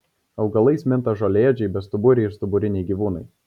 augalais minta žolėdžiai bestuburiai ir stuburiniai gyvūnai